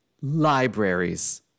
Libraries